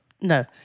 No